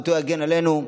זכותו יגן עלינו,